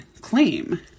claim